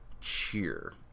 Cheer